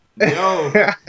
Yo